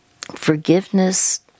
Forgiveness